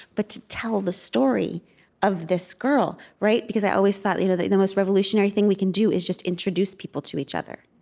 but to tell the story of this girl, because i always thought, you know the the most revolutionary thing we can do is just introduce people to each other.